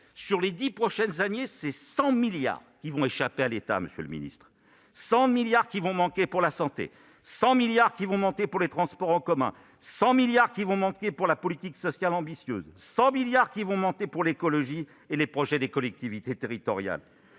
Sur les dix prochaines années, 100 milliards d'euros vont échapper à l'État, monsieur le ministre. Ce sont 100 milliards qui vont manquer à la santé, 100 milliards qui vont manquer aux transports en commun, 100 milliards qui vont manquer pour une politique sociale ambitieuse, 100 milliards qui vont manquer pour l'écologie et les projets des collectivités territoriales